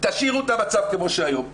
תשאירו את המצב כמו שהיום,